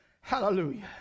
Hallelujah